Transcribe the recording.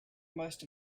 most